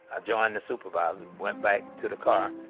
joined the supervisor, went back to the car,